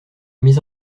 mise